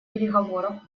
переговоров